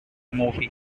movie